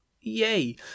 Yay